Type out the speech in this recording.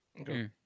okay